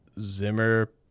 Zimmer